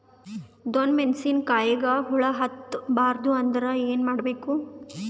ಡೊಣ್ಣ ಮೆಣಸಿನ ಕಾಯಿಗ ಹುಳ ಹತ್ತ ಬಾರದು ಅಂದರ ಏನ ಮಾಡಬೇಕು?